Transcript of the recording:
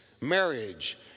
marriage